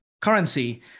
currency